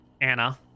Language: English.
Anna